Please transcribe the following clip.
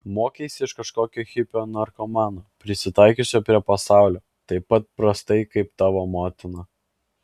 mokeisi iš kažkokio hipio narkomano prisitaikiusio prie pasaulio taip pat prastai kaip tavo motina